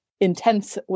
intense